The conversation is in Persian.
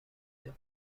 بود